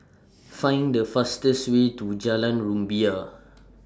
Find The fastest Way to Jalan Rumbia